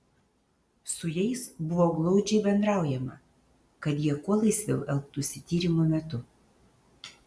su jais buvo glaudžiai bendraujama kad jie kuo laisviau elgtųsi tyrimo metu